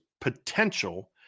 potential